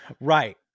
Right